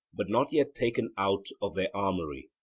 but not yet taken out of their armoury.